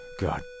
God